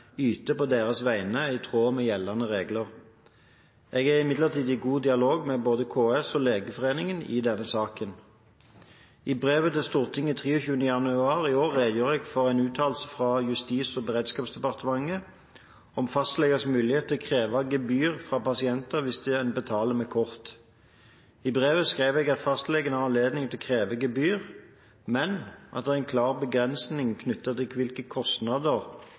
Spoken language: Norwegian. yter på deres vegne, er i tråd med gjeldende regler. Jeg er imidlertid i god dialog med både KS og Legeforeningen i denne saken. I brev til Stortinget 23. januar i år redegjorde jeg for en uttalelse fra Justis- og beredskapsdepartementet om fastlegers mulighet til å kreve gebyr fra pasienter hvis de betaler med kort. I brevet skrev jeg at fastlegen har anledning til å kreve gebyr, men at det er klare begrensninger knyttet til hvilke kostnader